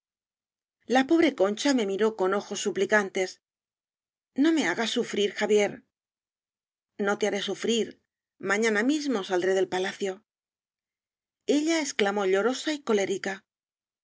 la pobre concha me miró con ojos supli cantes no me hagas sufrir xavier no te haré sufrir mañana mismo sal dré del palacio ella exclamó llorosa y colérica